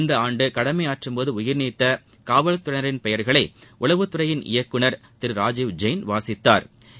இந்த ஆண்டு கடமையாற்றும்போது உயிர் நீத்த காவல்துறையினரின் பெயர்களை உளவுத்துறையின் இயக்குநா் திரு ராஜீவ் ஜெயின் வாசித்தாா்